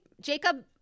jacob